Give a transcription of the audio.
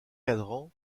cadran